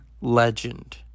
legend